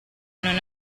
non